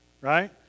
Right